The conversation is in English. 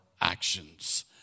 actions